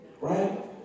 Right